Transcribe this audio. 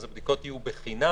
אז הבדיקות יהיו בחינם,